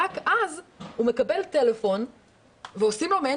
רק אז הוא מקבל טלפון ועושים לו מעין